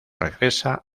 regresa